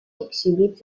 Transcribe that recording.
exhibits